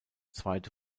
zweite